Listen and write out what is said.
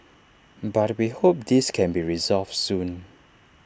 but we hope this can be resolved soon